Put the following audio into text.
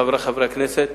חברי חברי הכנסת,